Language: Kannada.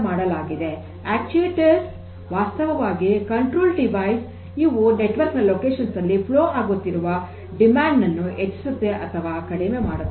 ಅಕ್ಟುಯೆಟರ್ ವಾಸ್ತವವಾಗಿ ನಿಯಂತ್ರಿತ ಡಿವೈಸ್ ಇವು ನೆಟ್ವರ್ಕ್ ನ ಸ್ಥಳಗಳಲ್ಲಿ ಹರಿಯುತ್ತಿರುವ ಬೇಡಿಕೆಯನ್ನು ಹೆಚ್ಚಿಸುತ್ತೆ ಅಥವಾ ಕಡಿಮೆ ಮಾಡುತ್ತದೆ